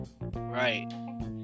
Right